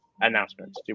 announcements